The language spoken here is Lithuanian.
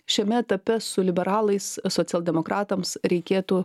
šiame etape su liberalais socialdemokratams reikėtų